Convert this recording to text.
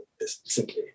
simply